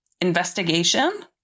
investigation